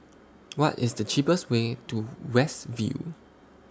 What IS The cheapest Way to West View